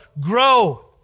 grow